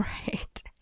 right